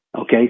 Okay